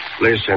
Listen